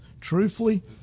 truthfully